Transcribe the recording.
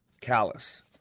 callous